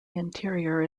interior